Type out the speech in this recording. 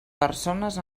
persones